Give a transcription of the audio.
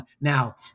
now